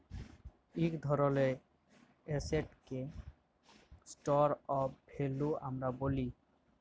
ইক ধরলের এসেটকে স্টর অফ ভ্যালু আমরা ব্যলি